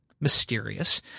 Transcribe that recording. mysterious